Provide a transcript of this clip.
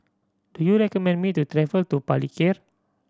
do you recommend me to travel to Palikir